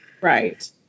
Right